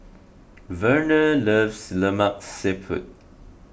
Verner loves Lemak Siput